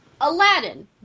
Aladdin